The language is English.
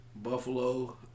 Buffalo